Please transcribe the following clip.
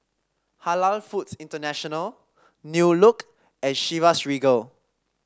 Halal Foods International New Look and Chivas Regal